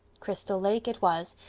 crystal lake it was,